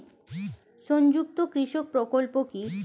সংযুক্ত কৃষক প্রকল্প কি?